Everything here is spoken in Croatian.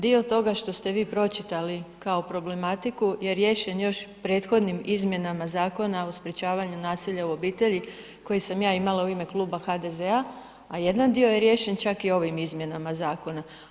Dio toga što ste vi pročitali kao problematiku je riješen još prethodnim izmjenama Zakona o sprječavanju nasilja u obitelji koji sam ja imala u ime Kluba HDZ-a, a jedan dio je riješen čak i ovim izmjenama zakona.